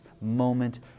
moment